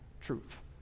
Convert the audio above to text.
Truth